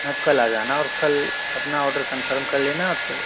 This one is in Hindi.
आप कल आ जाना और कल अपना ऑर्डर कंफ़र्म कर लेना और फिर